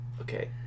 Okay